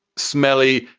smelly,